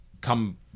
come